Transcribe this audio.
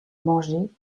mangé